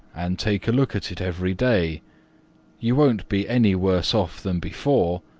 and take a look at it every day you won't be any worse off than before,